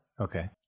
Okay